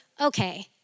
okay